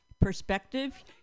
perspective